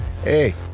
Hey